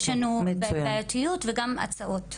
יש לנו בעיתיות וגם הצעות,